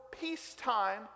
peacetime